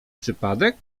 przypadek